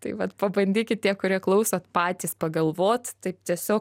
tai vat pabandykit tie kurie klausot patys pagalvot taip tiesiog